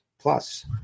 plus